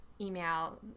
email